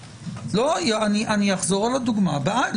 אני אחזור על הדוגמה הבאה.